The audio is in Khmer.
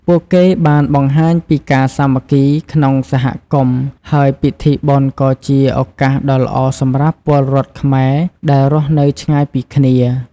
ពួកគេបានបង្ហាញពីការសាមគ្គីក្នុងសហគមន៍ ហើយពិធីបុណ្យក៏ជាឱកាសដ៏ល្អសម្រាប់ពលរដ្ឋខ្មែរដែលរស់នៅឆ្ងាយពីគ្នា។